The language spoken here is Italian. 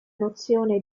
nozione